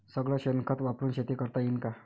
सगळं शेन खत वापरुन शेती करता येईन का?